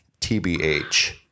TBH